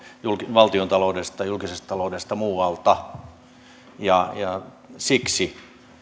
valtiontaloudesta julkisesta taloudesta muualta siksi